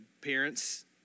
parents